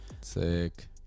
Sick